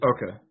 Okay